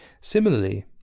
Similarly